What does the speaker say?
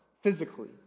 physically